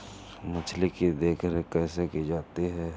मछली की देखरेख कैसे की जाती है?